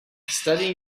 studying